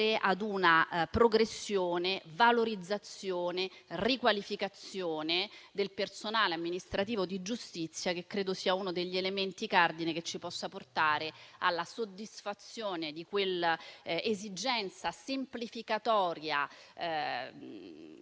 ad una progressione, valorizzazione e riqualificazione del personale amministrativo di giustizia che credo sia uno degli elementi cardine per raggiungere la soddisfazione di quella esigenza semplificatoria